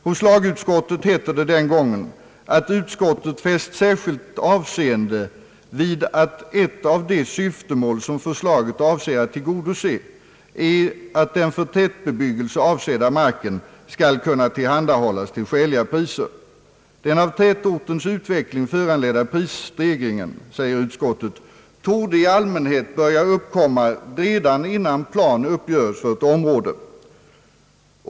Hos lagutskottet hette det den gången att utskottet fäst särskilt avseende vid ait ett av de syftemål som förslaget avsåg att tillgodose var att den för tätbebyggelse avsedda marken skall kunna tillhandahållas till skäliga priser. Den av tätortens utveckling föranledda prisstegringen, sade utskottet, torde i allmänhet börja uppkomma redan innan plan uppgöres för ett område.